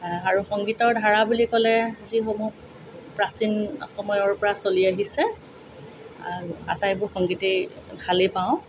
আৰু সংগীতৰ ধাৰা বুলি ক'লে যিসমূহ প্ৰাচীন সময়ৰ পৰা চলি আহিছে আটাইবোৰ সংগীতেই ভালেই পাওঁ